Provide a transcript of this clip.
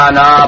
no